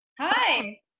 Hi